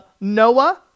Noah